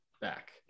back